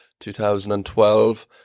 2012